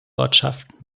ortschaft